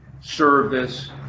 service